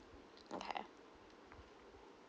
okay